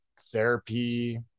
therapy